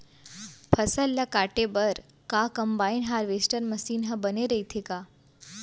फसल ल काटे बर का कंबाइन हारवेस्टर मशीन ह बने रइथे का?